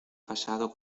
pasado